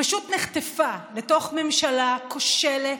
פשוט נחטפה לתוך ממשלה כושלת,